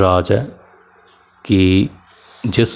ਰਾਜ ਹੈ ਕਿ ਜਿਸ